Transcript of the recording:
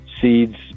seeds